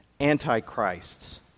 antichrists